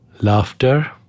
laughter